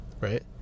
right